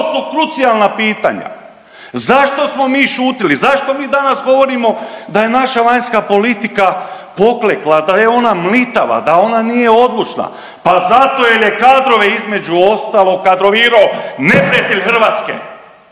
to su krucijalna pitanja. Zašto smo mi šutili, zašto mi danas govorimo da je naša vanjska politika poklekla, da je ona mlitava, da ona nije odlučna, pa zato jel je kadrove između ostalog kadrovirao neprijatelj Hrvatske.